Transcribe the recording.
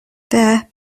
there